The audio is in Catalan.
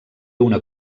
una